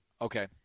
Okay